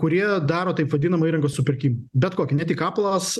kurie daro taip vadinamą įrangos supirkimą bet kokiį ne tik aplas